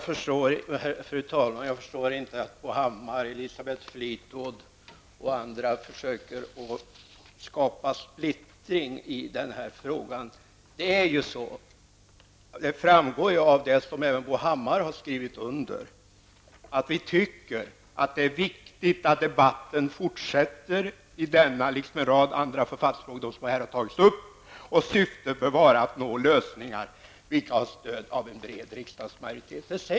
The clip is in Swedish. Fru talman! Jag förstår inte varför Bo Hammar, Elisabeth Fleetwood och andra försöker skapa splittring i den här frågan. Det framgår av det som även Bo Hammar har skrivit under att vi tycker att det är viktigt att debatten om valsystemet fortsätter liksom debatten i en del andra författningsfrågor som här har tagits upp och att syftet bör vara att nå lösningar vilka har stöd av en bred riksdagsmajoritet.